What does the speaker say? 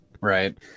Right